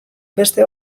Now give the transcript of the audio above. beste